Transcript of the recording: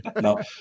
No